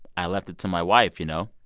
i left it to my wife, you know,